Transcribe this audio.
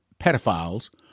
pedophiles